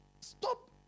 stop